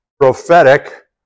prophetic